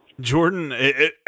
Jordan